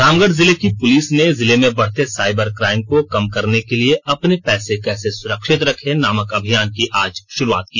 रामगढ़ जिले की पुलिस ने जिले में बढ़ते साइबर क्राइम को कम करने के लिए अपने पैसे कैसे सुरक्षित रखें नामक अभियान की आज शुरूआत की